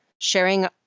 sharing